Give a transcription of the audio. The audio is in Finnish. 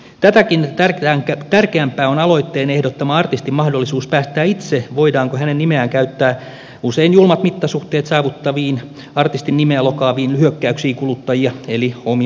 tätäkin tärkeämpää on aloitteen ehdottama artistin mahdollisuus päättää itse voidaanko hänen nimeään käyttää usein julmat mittasuhteet saavuttaviin artistin nimeä lokaaviin hyökkäyksiin kuluttajia eli omia asiakkaitaan vastaan